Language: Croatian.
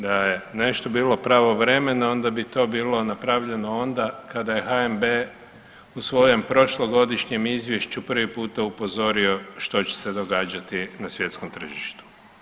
Da je nešto bilo pravovremeno onda bi to bilo napravljeno onda kada je HNB u svojem prošlogodišnjem izvješću prvi puta upozorio što će se događati na svjetskom tržištu.